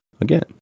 again